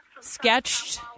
sketched